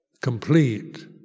complete